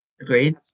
agreed